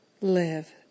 live